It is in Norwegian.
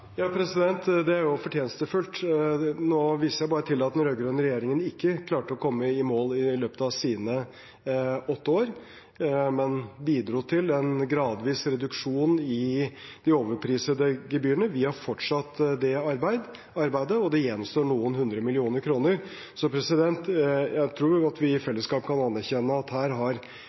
Det er jo fortjenstfullt. Nå viste jeg bare til at den rød-grønne regjeringen ikke klarte å komme i mål i løpet av sine åtte år, men bidro til en gradvis reduksjon i de overprisede gebyrene. Vi har fortsatt det arbeidet, og det gjenstår noen hundre millioner kroner. Jeg tror vi i fellesskap godt kan anerkjenne at her har